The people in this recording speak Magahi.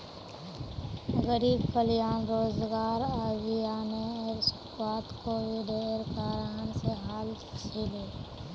गरीब कल्याण रोजगार अभियानेर शुरुआत कोविडेर कारण से हल छिले